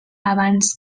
abans